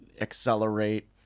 accelerate